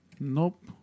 Nope